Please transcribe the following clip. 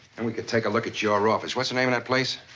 and we could take a look at your office. what's the name of that place?